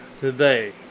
today